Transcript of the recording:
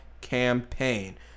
campaign